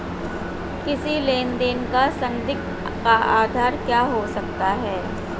किसी लेन देन का संदिग्ध का आधार क्या हो सकता है?